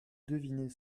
deviner